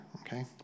okay